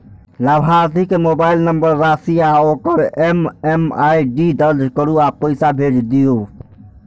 लाभार्थी के mobile number, राशि आ ओकर एम.एम.आई.डी दर्ज करू आ पैसा भेज दियौ